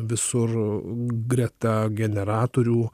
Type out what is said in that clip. visur greta generatorių